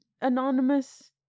anonymous